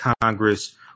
Congress